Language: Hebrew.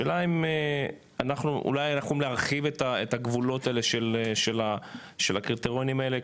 השאלה אם אולי אנחנו נרחיב את הגבולות האלה של הקריטריונים האלה,